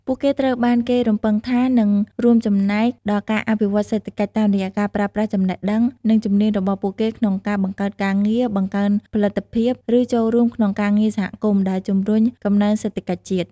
ពួកគេត្រូវបានគេរំពឹងថានឹងរួមចំណែកដល់ការអភិវឌ្ឍសេដ្ឋកិច្ច តាមរយៈការប្រើប្រាស់ចំណេះដឹង និងជំនាញរបស់ពួកគេក្នុងការបង្កើតការងារ បង្កើនផលិតភាព ឬចូលរួមក្នុងការងារសាធារណៈដែលជំរុញកំណើនសេដ្ឋកិច្ចជាតិ។